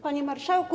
Panie Marszałku!